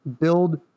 build